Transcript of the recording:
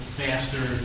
faster